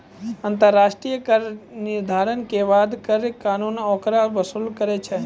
अन्तर्राष्ट्रिय कर निर्धारणो के बाद कर कानून ओकरा वसूल करै छै